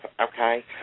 Okay